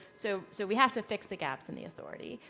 so so we have to fix the gaps in the authority.